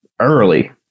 early